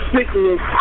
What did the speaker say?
Sickness